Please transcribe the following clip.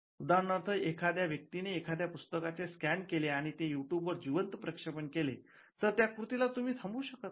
उदाहरणार्थ एखाद्या व्यक्तीने एखाद्या पुस्तकाचे स्कॅन केले आणि ते युट्युब वर जिवंत प्रक्षेपण केले तर त्या कृतीला तुम्ही थांबवू शकत नाही